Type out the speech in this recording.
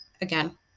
again